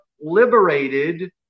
liberated